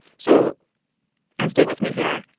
so and stay with me here.